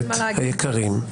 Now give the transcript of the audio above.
הכנסת היקרים.